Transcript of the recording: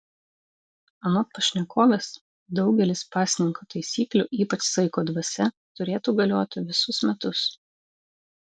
anot pašnekovės daugelis pasninko taisyklių ypač saiko dvasia turėtų galioti visus metus